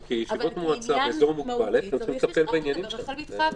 אבל כעניין מהותי צריך לכתוב את זה ברחל בתך הקטנה.